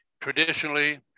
traditionally